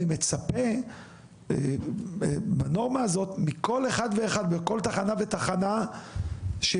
אני מצפה בנורמה הזאת מכל אחד ואחד בכל תחנה ותחנה שידווח,